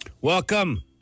Welcome